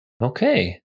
Okay